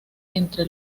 entre